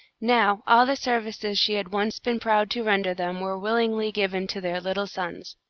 now, all the services she had once been proud to render them were willingly given to their little sons.